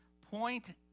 Point